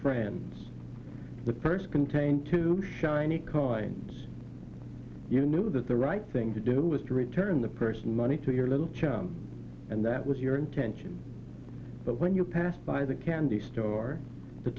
friends with first contain two shiny cartons you knew that the right thing to do was to return the person money to your little child and that was your intention but when you passed by the candy store the